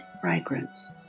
fragrance